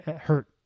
hurt